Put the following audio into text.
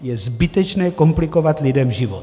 Je zbytečné komplikovat lidem život.